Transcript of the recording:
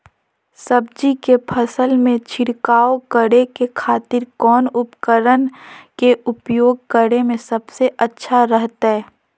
सब्जी के फसल में छिड़काव करे के खातिर कौन उपकरण के उपयोग करें में सबसे अच्छा रहतय?